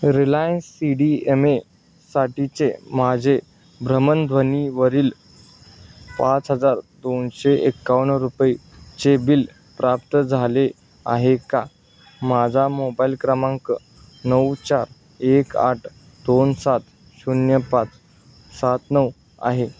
Reliance C D M A साठीचे माझे भ्रमणध्वनीवरील पाच हजार दोनशे एकावन्न रुपयाचे बिल प्राप्त झाले आहे का माझा मोबाईल क्रमांक नऊ चार एक आठ दोन सात शून्य पाच सात नऊ आहे